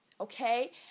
okay